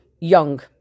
young